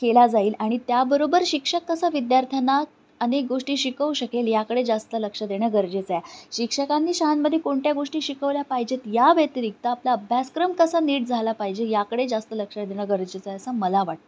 केला जाईल आणि त्याबरोबर शिक्षक कसा विद्यार्थ्यांना अनेक गोष्टी शिकवू शकेल याकडे जास्त लक्ष देणं गरजेचं आहे शिक्षकांनी शाळांमध्ये कोणत्या गोष्टी शिकवल्या पाहिजेत या व्यतिरिक्त आपला अभ्यासक्रम कसा नीट झाला पाहिजे याकडे जास्त लक्ष देणं गरजेचं आहे असं मला वाटतं